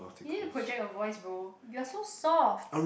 you need to project your voice bro you are so soft